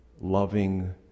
loving